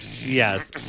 Yes